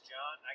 John